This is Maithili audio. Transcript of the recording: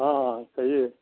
हँ कहिए